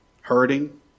hurting